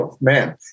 man